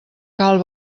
cal